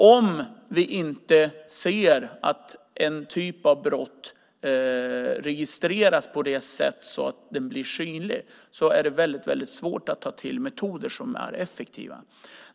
Om vi inte ser att en typ av brott registreras så att det blir synligt är det väldigt svårt att ta till effektiva metoder.